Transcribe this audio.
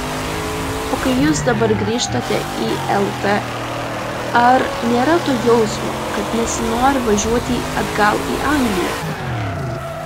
o kai jūs dabar grįžtate į lt ar nėra to jausmo kad nesinori važiuoti atgal į angliją